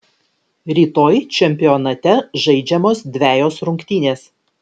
rytoj čempionate žaidžiamos dvejos rungtynės